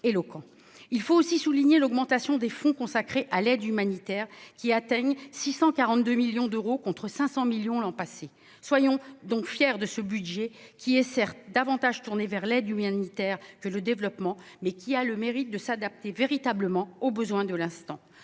éloquent ! Il faut aussi souligner l'augmentation des fonds consacrés à l'aide humanitaire, qui atteignent 642 millions d'euros, contre 500 millions d'euros l'an passé. Soyons donc fiers de ce budget, qui est, certes, davantage tourné vers l'aide humanitaire que vers le développement, mais qui a le mérite de s'adapter véritablement aux besoins de l'instant.